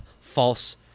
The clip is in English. false